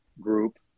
group